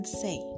say